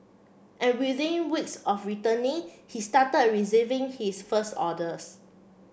and within weeks of returning he started receiving his first orders